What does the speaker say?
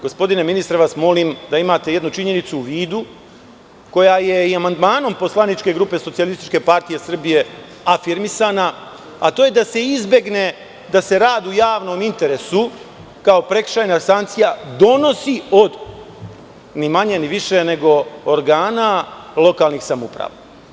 Gospodine ministre, molim vas da imate jednu činjenicu u vidu koja je i amandmanom poslaničke grupe SPS afirmisana, a to je da se izbegne da se rad u javnom interesu kao prekršajna sankcija donosi od, ni manje ni više, organa lokalnih samouprava.